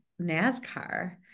NASCAR